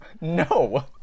No